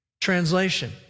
Translation